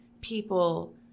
people